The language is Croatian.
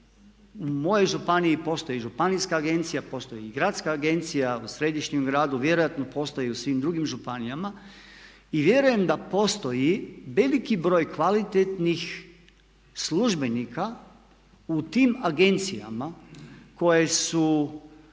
U mojoj županiji postoji županijska agencija, postoji i gradska agencija, u središnjem gradu, vjerojatno i postoji u svim drugim županijama. I vjerujem da postoji veliki broj kvalitetnih službenika u tim agencijama koje su